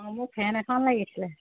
অঁ মোক ফেন এখন লাগিছিলে